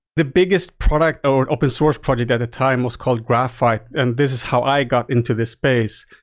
the biggest product or open source project at the time was called graphite, and this is how i got into this space.